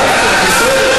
חבר הכנסת סמוטריץ.